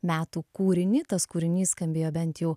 metų kūrinį tas kūrinys skambėjo bent jau